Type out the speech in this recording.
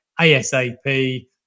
ASAP